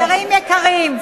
חברים יקרים,